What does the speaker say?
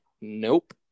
nope